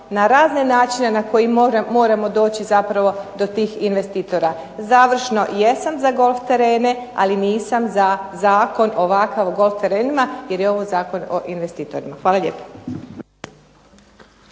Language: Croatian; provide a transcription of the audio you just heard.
na razne načine na koji moramo doći zapravo do tih investitora. Završno, jesam za golf terene, ali nisam za zakon ovakav o golf terenima jer je ovo zakon o investitorima. Hvala lijepo.